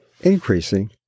increasing